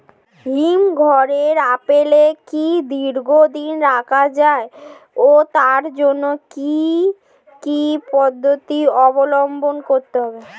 হিমঘরে আপেল কি দীর্ঘদিন রাখা যায় ও তার জন্য কি কি পদ্ধতি অবলম্বন করতে হবে?